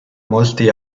molti